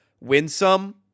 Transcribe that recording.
Winsome